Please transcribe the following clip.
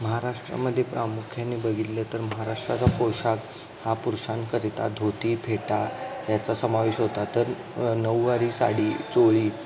महाराष्ट्रामध्ये प्रामुख्याने बघितले तर महाराष्ट्राचा पोशाख हा पुरुषांकरिता धोती फेटा याचा समावेश होता तर नऊवारी साडी चोळी